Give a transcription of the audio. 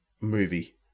movie